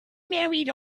married